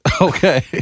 Okay